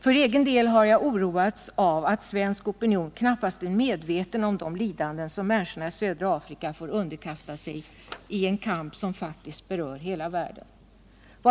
För egen del har jag oroats av att svensk opinion knappast är medveten om de lidanden som människorna i södra Afrika får underkasta sig i en kamp som faktiskt berör hela världen.